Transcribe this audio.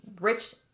rich